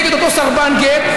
נגד אותו סרבן גט,